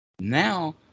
now